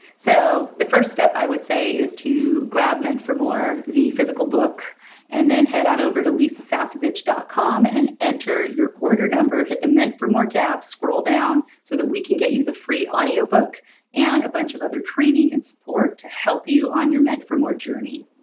so the first step i would say is to grab meant for more the physical book and then head on over to lisasasevich dot com and enter order quarter number. hit the meant for more tab, scroll down so that we can get you the free audio book and a bunch of other training and support to help you on your meant for more journey.